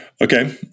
Okay